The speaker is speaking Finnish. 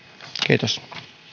kiitos